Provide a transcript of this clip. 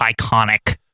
iconic